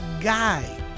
guy